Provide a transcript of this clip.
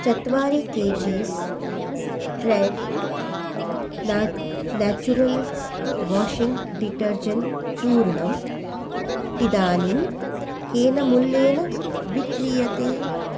चत्वारि KGs trade ना naturals washing detergent चूर्णम् इदानीं केन मूल्येन विक्रीयते